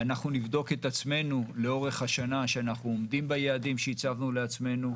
ואנחנו נבדוק את עצמנו לאורך השנה שאנחנו עומדים ביעדים שהצבנו לעצמנו.